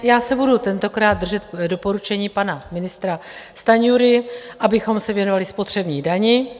Já se budu tentokrát držet doporučení pana ministra Stanjury, abychom se věnovali spotřební dani.